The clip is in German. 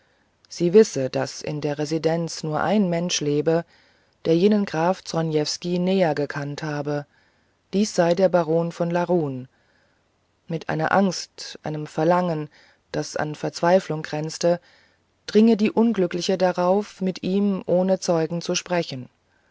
sie wisse daß in der residenz nur ein mensch lebe der jenen grafen zronievsky näher gekannt habe dies sei der baron von larun mit einer angst einem verlangen das an verzweiflung grenze dringe die unglückliche darauf mit ihm ohne zeugen zu sprechen